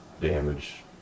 damage